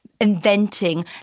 inventing